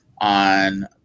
on